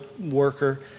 worker